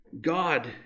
God